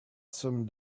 some